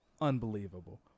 Unbelievable